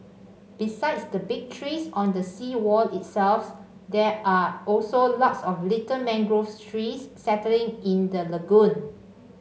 besides the big trees on the seawall itself there are also lots of little mangrove trees settling in the lagoon